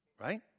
Right